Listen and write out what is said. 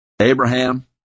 Abraham